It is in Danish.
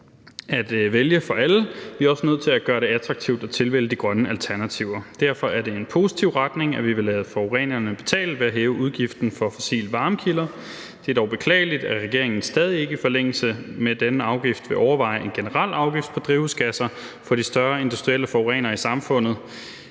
at vælge for alle, vi er også nødt til at gøre det attraktivt at tilvælge de grønne alternativer. Derfor er det en positiv retning at gå i, at vi vil lade forurenerne betale ved at hæve afgiften for fossile varmekilder. Det er dog beklageligt, at regeringen stadig ikke i forlængelse af denne afgift vil overveje en generel afgift på drivhusgasser for de større industrielle forurenere i samfundet.